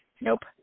Nope